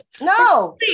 No